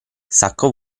sacco